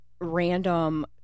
random